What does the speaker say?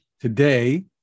today